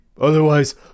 Otherwise